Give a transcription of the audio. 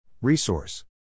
Resource